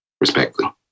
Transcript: Respectfully